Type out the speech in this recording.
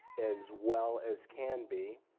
as well as can be,